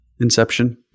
Inception